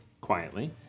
Quietly